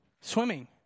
swimming